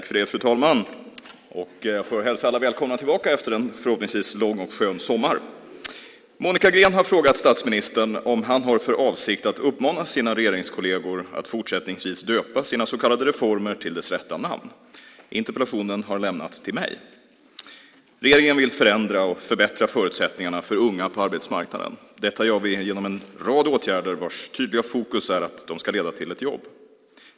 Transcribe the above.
Fru talman! Monica Green har frågat statsministern om han har för avsikt att uppmana sina regeringskolleger att fortsättningsvis döpa sina så kallade reformer till deras rätta namn. Interpellationen har lämnats till mig. Regeringen vill förändra och förbättra förutsättningarna för unga på arbetsmarknaden. Detta gör vi genom en rad åtgärder, vars tydliga fokus är att de ska leda till ett jobb.